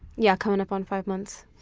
yeah, coming up on five months,